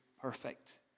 perfect